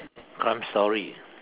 crime story